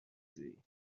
جویی